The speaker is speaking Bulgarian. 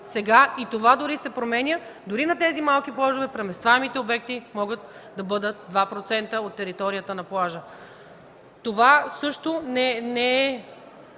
Сега и това дори се променя – на тези малки плажове преместваемите обекти могат да бъдат 2% от територията на плажа. Това също, бих